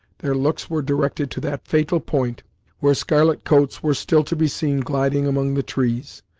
their looks were directed to that fatal point where scarlet coats were still to be seen gliding among the trees,